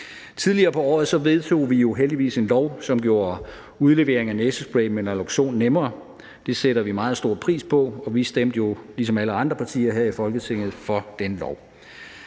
Tidligere på året vedtog vi jo heldigvis en lov, som gjorde udlevering af næsespray med naloxon nemmere. Det sætter vi meget stor pris på, og vi stemte jo ligesom alle andre partier her i Folketinget for den lov.